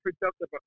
productive